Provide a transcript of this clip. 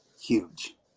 huge